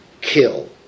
kill